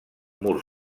mur